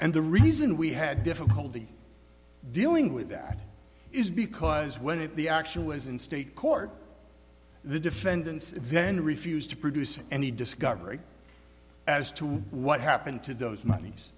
and the reason we had difficulty dealing with that is because when it the actual was in state court the defendants then refused to produce any discovery as to what happened to those mon